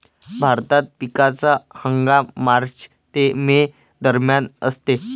भारतात पिकाचा हंगाम मार्च ते मे दरम्यान असतो